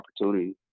opportunity